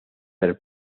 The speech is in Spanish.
del